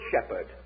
Shepherd